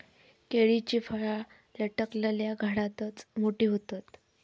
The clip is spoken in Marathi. केळीची फळा लटकलल्या घडातच मोठी होतत